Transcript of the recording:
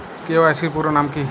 KYC এর পুরোনাম কী?